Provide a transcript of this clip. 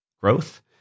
growth